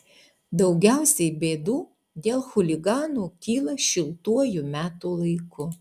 daugiausiai bėdų dėl chuliganų kyla šiltuoju metų laiku